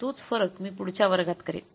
तोच फरक मी पुढच्या वर्गात करेन